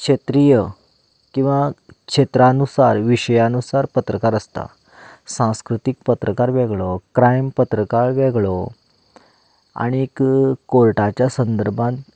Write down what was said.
क्षेत्रीय किंवा क्षेत्रानुसार विशयानुसार पत्रकार आसता सांस्कृतीक पत्रकार वेगळो क्रायम पत्रकार वेगळो आनी कोर्टाच्या संदर्भान